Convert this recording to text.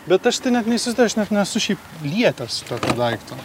bet aš tai net neįsivaizduoju aš net nesu šiaip lietęs tokio daikto